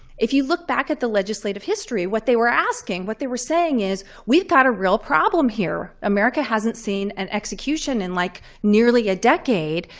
if you look back at the legislative history, what they were asking, what they were saying is, we've got a real problem here! america hasn't seen an execution in like nearly a decade.